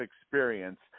experience